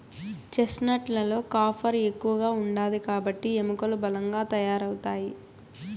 chestnut లలో copper ఎక్కువ ఉంటాది కాబట్టి ఎముకలు బలంగా తయారవుతాయి